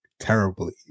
Terribly